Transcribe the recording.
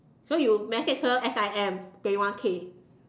so you message her S_I_M pay one K